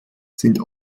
sind